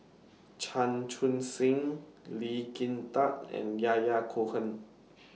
Chan Chun Sing Lee Kin Tat and Yahya Cohen